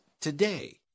today